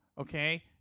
okay